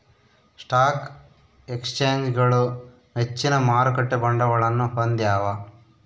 stock ಎಕ್ಸ್ಚೇಂಜ್ಗಳು ಹೆಚ್ಚಿನ ಮಾರುಕಟ್ಟೆ ಬಂಡವಾಳವನ್ನು ಹೊಂದ್ಯಾವ